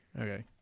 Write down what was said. Okay